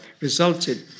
resulted